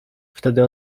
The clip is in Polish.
wtedy